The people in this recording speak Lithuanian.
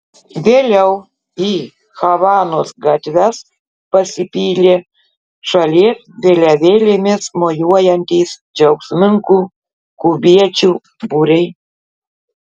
vėliau į havanos gatves pasipylė šalies vėliavėlėmis mojuojantys džiaugsmingų kubiečių būriai